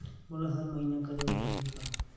मोला हर महीना करे बर लगही का?